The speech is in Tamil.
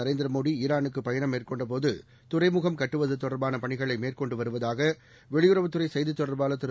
நரேந்திரமோடிஈரானுக்குபயணம் மேற்கொண்டபோதுதுறைமுகம் கட்டுவதுதொடர்பான் பணிகளைமேற்கொண்டுவருவதாகவெளியுறவுத் துறைசெய்தித் தொடர்பாளர் திரு